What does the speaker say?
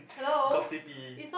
gossipy